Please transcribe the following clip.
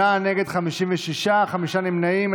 בעד, 48, נגד, 56, חמישה נמנעים.